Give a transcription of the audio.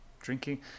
Drinking